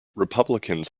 republicans